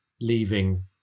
leaving